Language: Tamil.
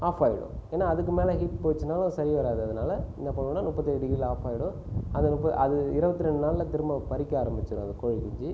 ஆஃப் ஆகிடும் ஏனால் அதுக்கு மேலே ஹீட்டு போயிடுச்சுனாலும் சரி வராது அதனாலே என்ன பண்ணனும்னால் முப்பத்தி ஏழு டிகிரியில் ஆஃப் ஆகிடும் அது அது இருபத்தி ரெண்டு நாளில் திரும்ப பொரிக்க ஆரம்பிச்சுடும் அந்தக் கோழி குஞ்சு